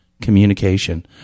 communication